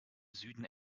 süden